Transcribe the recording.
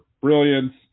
brilliance